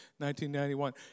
1991